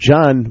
John